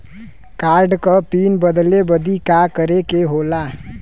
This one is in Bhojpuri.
कार्ड क पिन बदले बदी का करे के होला?